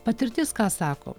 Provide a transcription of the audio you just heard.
patirtis ką sako